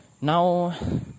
now